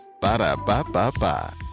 Ba-da-ba-ba-ba